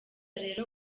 rero